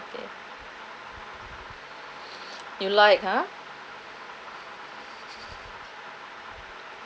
okay you like ha